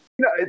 No